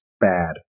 bad